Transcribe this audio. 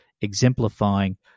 exemplifying